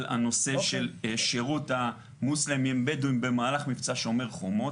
הנושא של שירות המוסלמים בדואים במהלך מבצע "שומר חומות",